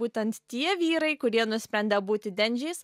būtent tie vyrai kurie nusprendė būti dendžiais